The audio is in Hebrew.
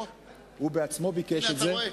או, הנה, אתה רואה.